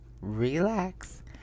relax